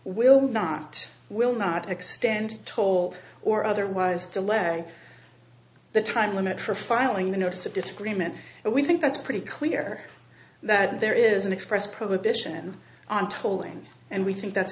will not will not extend toll or otherwise delay the time limit for filing the notice of disagreement and we think that's pretty clear that there is an express prohibition on tolling and we think that's